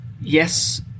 yes